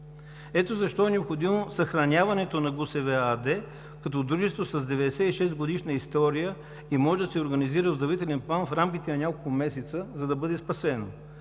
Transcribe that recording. Ето защо е необходимо съхраняването на ГУСВ АД като дружество с 96-годишна история и може да се организира оздравителен план в рамките на няколко месеца, за да бъде спасено.